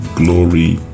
glory